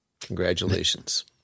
Congratulations